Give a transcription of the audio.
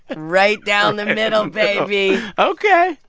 and right down the middle, baby ok.